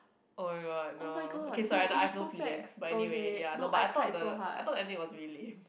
oh-my-god no okay sorry I have no feelings but anyway ya no but I thought the I thought the ending was really lame